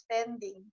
spending